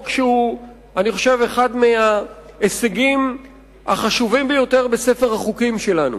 אני חושב שהוא אחד מההישגים החשובים ביותר בספר החוקים שלנו,